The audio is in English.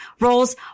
roles